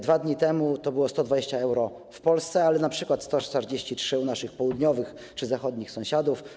Dwa dni temu do było 120 euro w Polsce, ale na przykład 143 u naszych południowych czy zachodnich sąsiadów.